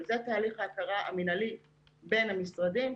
אבל זה תהליך ההכרה המנהלי בין המשרדים.